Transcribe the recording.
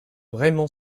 raymond